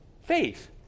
faith